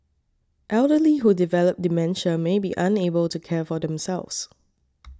elderly who develop dementia may be unable to care for themselves